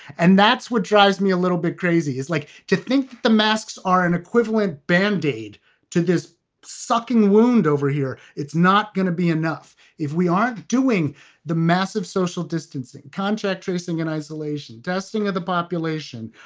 and that's what drives me a little bit crazy, is like to think that the masks are an equivalent band-aid to this sucking the wound over here. it's not going to be enough if we aren't doing the massive social distancing, contact tracing and isolation dusting of the population,